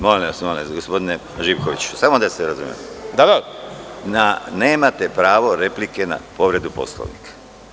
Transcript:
Molim vas, gospodine Živkoviću, samo da se razumemo, nemate pravo replike na povredu Poslovnika.